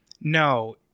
No